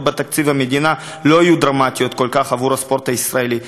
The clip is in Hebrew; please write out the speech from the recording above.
בתקציב המדינה לא יהיו דרמטיות כל כך עבור הספורט הישראלי.